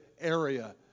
area